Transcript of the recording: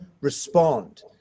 respond